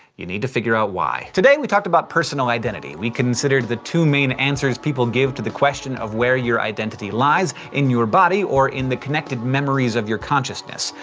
you need to figure out why. today we talked about personal identity. we considered the two main answers people give to the question of where your identity lies in your body, or in the connected memories of your consciousness.